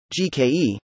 GKE